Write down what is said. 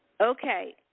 Okay